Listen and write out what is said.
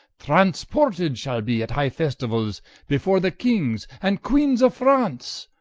transported, shall be at high festiuals before the kings and queenes of france.